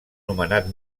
nomenat